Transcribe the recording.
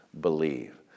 believe